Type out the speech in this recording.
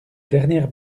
dernière